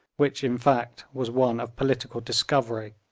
which, in fact, was one of political discovery,